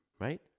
right